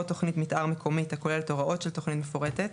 תוכנית מיתאר מקומית הכוללת הוראות של תוכנית מפורטת,